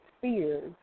fears